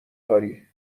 کاری